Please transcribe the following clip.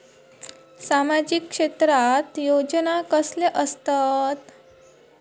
सामाजिक क्षेत्रात योजना कसले असतत?